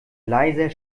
leiser